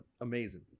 amazing